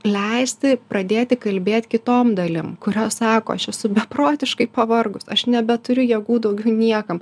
leisti pradėti kalbėt kitom dalim kurios sako aš esu beprotiškai pavargus aš nebeturiu jėgų daugiau niekam